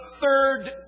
third